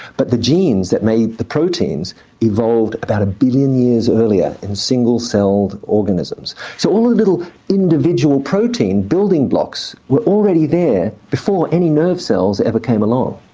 but the genes that made the proteins evolved about a billion years earlier, in single cell organisms. so, all the little individual protein building blocks were already there before any nerve cells ever came along.